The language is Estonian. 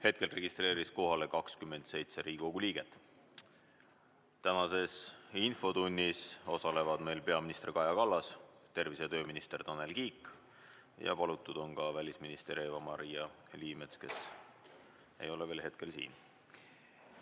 Hetkel registreerus kohalolijaks 27 Riigikogu liiget. Tänases infotunnis osalevad peaminister Kaja Kallas, tervise- ja tööminister Tanel Kiik ning palutud on ka välisminister Eva-Maria Liimets, kes ei ole hetkel veel siin.